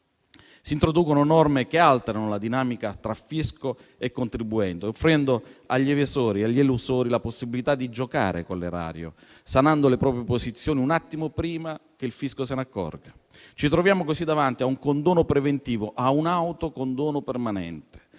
Si introducono norme che alterano la dinamica tra fisco e contribuenti, offrendo agli evasori e agli elusori la possibilità di giocare con l'erario, sanando le proprie posizioni un attimo prima che il fisco se ne accorga. Ci troviamo così davanti a un condono preventivo, a un auto-condono permanente;